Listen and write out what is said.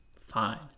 fine